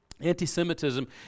Anti-Semitism